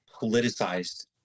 politicized